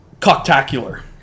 Cocktacular